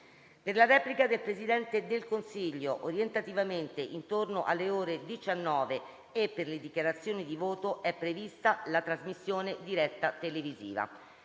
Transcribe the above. Per la replica del Presidente del Consiglio, orientativamente intorno alle ore 19, e per le dichiarazioni di voto è prevista la trasmissione in diretta televisiva.